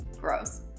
gross